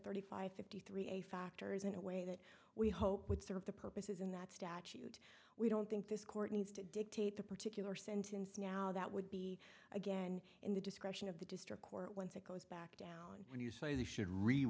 thirty five fifty three a factors in a way that we hope would serve the purposes in that statute we don't think this court needs to dictate the particular sentence now that would be again in the discretion of the district court once it goes back down when you say they should re